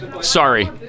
Sorry